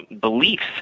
beliefs